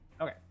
Okay